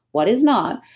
what is not,